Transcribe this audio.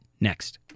next